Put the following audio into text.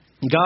God